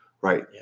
Right